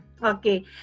Okay